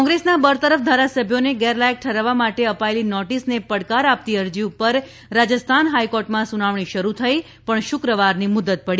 કોંગ્રેસના બરતરફ ધારાસભ્યોને ગેરલાયક ઠેરવવા માટે અપાયેલી નોટિસને પડકાર આપતી અરજી ઉપરરાજસ્થાન હાઇકોર્ટમાં સુનાવણી શરૂ થઈ પણ શુક્રવારની મુદત પડી